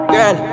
Girl